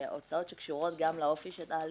אלו הוצאות שקשורות לאופי של ההליך,